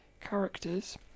Characters